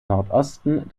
nordosten